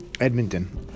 Edmonton